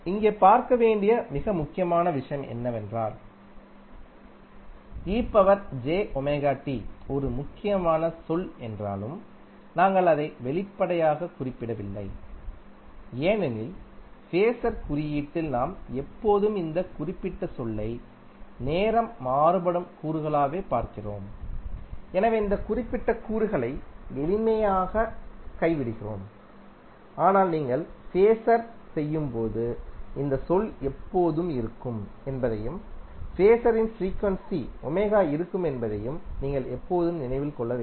இங்கே பார்க்க வேண்டிய மிக முக்கியமான விஷயம் என்னவென்றால் ஒரு முக்கியமான சொல் என்றாலும் நாங்கள் அதை வெளிப்படையாகக் குறிப்பிடவில்லை ஏனெனில் ஃபேஸர் குறியீட்டில் நாம் எப்போதும் இந்த குறிப்பிட்ட சொல்லை நேரம் மாறுபடும் கூறுகளாகவே பார்க்கிறோம் எனவே இந்த குறிப்பிட்ட கூறுகளை எளிமைக்காக கைவிடுகிறோம் ஆனால் நீங்கள் ஃபேஸர் செய்யும் போது இந்த சொல் எப்போதும் இருக்கும் என்பதையும் ஃபேஸரின் ஃப்ரீக்யுண்சி இருக்கும் என்பதையும் நீங்கள் எப்போதும் நினைவில் கொள்ள வேண்டும்